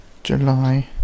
July